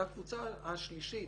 והקבוצה השלישית,